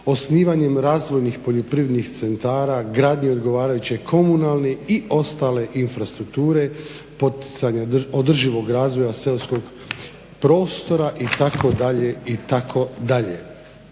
osnivanjem razvojnih poljoprivrednih centara, gradnji odgovarajuće komunalne i ostale infrastrukture, poticanje održivog razvoja seoskog prostora itd.,